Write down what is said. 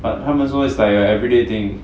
but 他们说 it's like a everyday thing